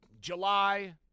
July